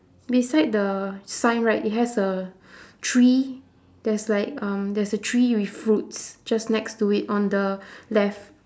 beside the sign right it has a tree there's like um there's a tree with fruits just next to it on the left